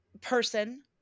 person